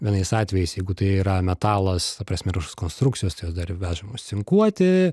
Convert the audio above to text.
vienais atvejais jeigu tai yra metalas ta prasme ir už konstrukcijos tai jos dar ir vežamos cinkuoti